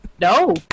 no